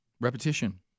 Repetition